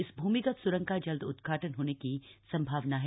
इस भूमिगत स्रंग का जल्द उद्घाटन होने की संभावना है